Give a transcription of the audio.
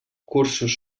cursos